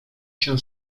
się